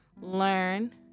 learn